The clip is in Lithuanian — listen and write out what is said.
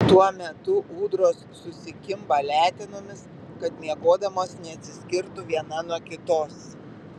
tuo metu ūdros susikimba letenomis kad miegodamos neatsiskirtų viena nuo kitos